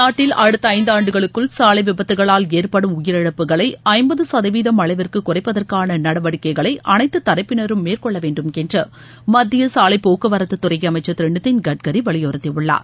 நாட்டில் அடுத்த இந்தாண்டுகளுக்குள் சாலை விபத்துகளால் ஏற்படும் உயிரிழப்புகளை இம்பது கதவீதம் அளவிற்கு குறைப்பதற்கான நடவடிக்கைகளை அளைத்து தரப்பினரும் மேற்கொள்ள வேண்டும் என்று மத்திய சாலை போக்குவரத்து துறை அமைச்சர் திரு நிதின் கட்கரி வலியுறுத்தியுள்ளார்